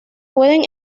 pueden